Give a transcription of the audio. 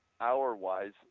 hour-wise